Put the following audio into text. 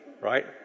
right